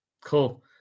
Cool